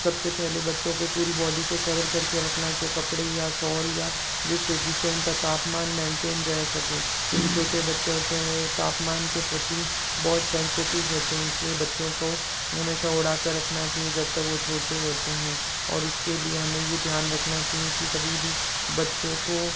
सबसे पहले बच्चों के पूरी बॉडी को कवर कर के रखना चाहिए कपड़े या शॉल या जैसे जिससे उनका तापमान मैंटेन रह सकें छोटे बच्चे होते हैं वो तापमान के प्रति बहुत सेंसिटिव होते हैं इसलिए बच्चों को हमेशा ओढ़ा कर रखना चाहिए जब तक वो छोटे होते हैं और उसके लिए हमें यह ध्यान रखना चाहिए कि कभी भी बच्चे को